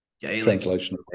translation